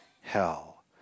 hell